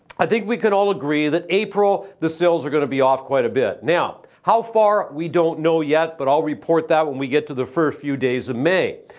i think we can all agree that april, the sales are going to be off quite a bit. now, how far, we don't know yet, but i'll report that when we get to the first few days of may.